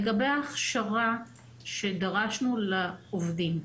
לגבי ההכשרה שדרשנו לעובדים,